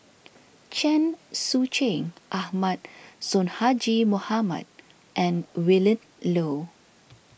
Chen Sucheng Ahmad Sonhadji Mohamad and Willin Low